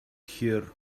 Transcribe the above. hear